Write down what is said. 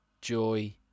joy